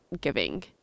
giving